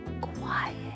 quiet